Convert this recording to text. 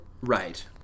Right